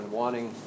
wanting